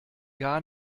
gar